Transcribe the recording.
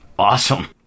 awesome